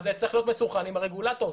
זה צריך להיות מסונכרן עם הרגולטור.